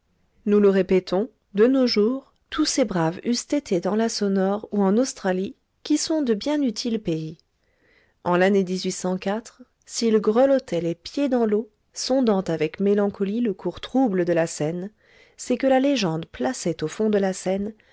nous le répétons dé nos jours tous ces braves eussent été dans la sonore ou en australie qui sont de bien utiles pays en l'année s'ils grelottaient les pieds dans l'eau sondant avec mélancolie le cours troublé de la seine c'est que la légende plaçait au fond de la seine